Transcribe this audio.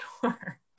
sure